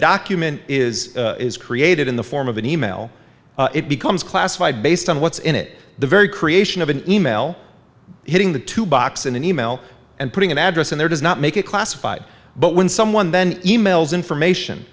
document is is created in the form of an e mail it becomes classified based on what's in it the very creation of an e mail hitting the two box in an e mail and putting an address in there does not make it classified but when someone then e mails information